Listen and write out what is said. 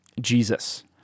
Jesus